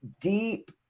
deep